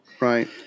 Right